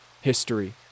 history